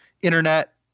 internet